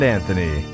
Anthony